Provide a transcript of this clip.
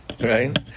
Right